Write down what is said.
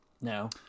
no